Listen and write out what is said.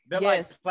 Yes